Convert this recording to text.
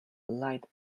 light